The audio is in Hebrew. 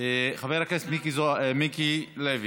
חבר הכנסת מיקי לוי,